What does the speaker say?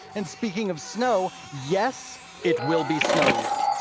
and speaking of snow, yes, it will be snowier.